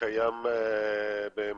שקיים במגן.